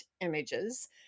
images